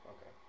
Okay